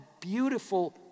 beautiful